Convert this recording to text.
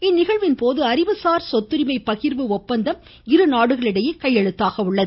இந்நிகழ்வின்போது சொத்துரிமை பகிர்வு ஒப்பந்தம் இருநாடுகளிடையே கையெழுத்தாகிறது